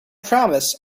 promise